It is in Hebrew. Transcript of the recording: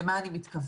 למה אני מתכוונת?